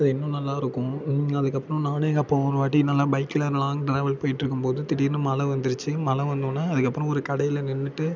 அது இன்னும் நல்லாயிருக்கும் அதுக்கப்புறம் நானும் எங்கள் அப்பாவும் ஒருவாட்டி நல்லா பைக்கில் லாங் ட்ராவல் போய்ட்ருக்கும்போது திடீர்னு மழை வந்துடுச்சி மழை வந்தோடனே அதுக்கப்புறம் ஒரு கடையில் நின்னுட்டு